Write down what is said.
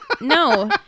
No